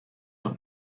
not